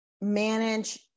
manage